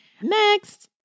next